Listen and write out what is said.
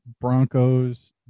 Broncos